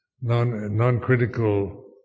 non-critical